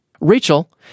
rachel